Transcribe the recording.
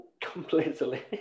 Completely